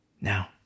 now